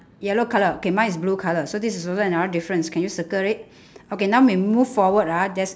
yellow colour okay mine is blue colour so this is also another difference can you circle it okay now we move forward ah there's